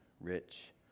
rich